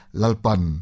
lalpan